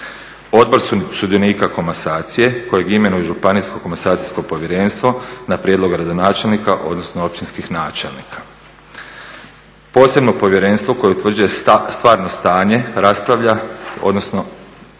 Odbor sudionika komasacije kojeg imenuje Županijsko komasacijsko povjerenstvo na prijedlog gradonačelnika odnosno općinskih načelnika. Posebno povjerenstvo koje utvrđuje stvarno stanje raspravlja, odnosno